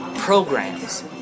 Programs